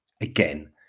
again